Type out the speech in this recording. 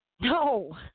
No